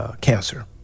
cancer